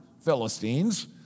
Philistines